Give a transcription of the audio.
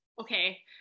Okay